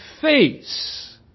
face